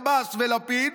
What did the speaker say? עבאס ולפיד,